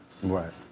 Right